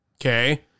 okay